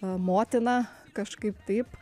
motina kažkaip taip